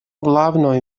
главное